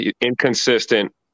Inconsistent